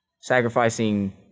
sacrificing